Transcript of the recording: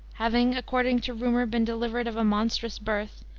having, according to rumor, been delivered of a monstrous birth,